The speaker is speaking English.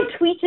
tweeted